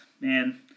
man